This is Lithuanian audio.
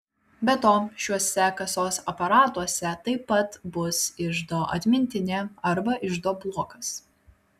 be to šiuose kasos aparatuose taip pat bus iždo atmintinė arba iždo blokas